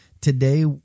Today